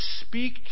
speak